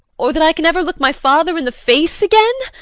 or that i can ever look my father in the face again?